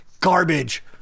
garbage